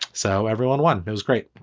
so everyone one knows. great,